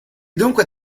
dunque